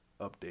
update